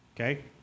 Okay